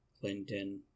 Clinton